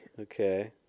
Okay